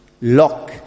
lock